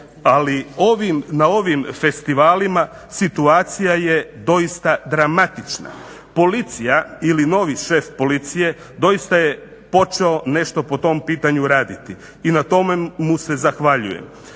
Ali na ovim festivalima situacija je doista dramatična. Policija ili novi šef policije doista je počeo nešto po tom pitanju raditi i na tome mu se zahvaljujem.